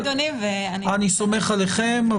סומך עליכם,